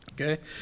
okay